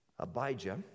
Abijah